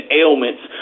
ailments